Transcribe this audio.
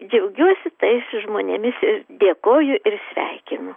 džiaugiuosi tais žmonėmis ir dėkoju ir sveikinu